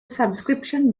subscription